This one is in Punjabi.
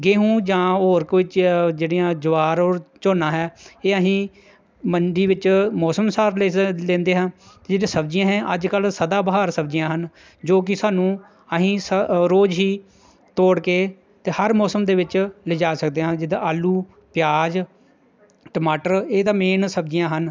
ਗੇੇਂਹੂੰ ਜਾਂ ਹੋਰ ਕੁਝ ਜਿਹੜੀਆਂ ਜਵਾਰ ਔਰ ਝੋਨਾ ਹੈ ਇਹ ਅਸੀਂ ਮੰਡੀ ਵਿੱਚ ਮੌਸਮ ਅਨੁਸਾਰ ਲੈਂਦੇ ਹਾਂ ਅਤੇ ਜਿਹੜੀਆਂ ਸਬਜ਼ੀਆਂ ਹੈ ਅੱਜ ਕੱਲ੍ਹ ਸਦਾ ਬਹਾਰ ਸਬਜ਼ੀਆਂ ਹਨ ਜੋ ਕਿ ਸਾਨੂੰ ਅਸੀਂ ਰੋਜ਼ ਹੀ ਤੋੜ ਕੇ ਅਤੇ ਹਰ ਮੌਸਮ ਦੇ ਵਿੱਚ ਲਿਜਾ ਸਕਦੇ ਹਾਂ ਜਿੱਦਾ ਆਲੂ ਪਿਆਜ਼ ਟਮਾਟਰ ਇਹ ਤਾਂ ਮੇਨ ਸਬਜ਼ੀਆਂ ਹਨ